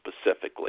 specifically